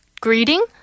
greeting